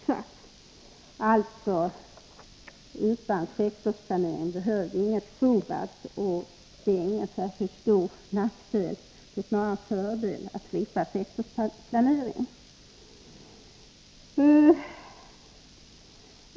Har vi ingen sektorsplanering : 3 Måndagen den behöver vi heller inte Fobalt. Det är ingen särskilt stor nackdel — snarare en 7november 1983 fördel — att slippa sektorsplanering.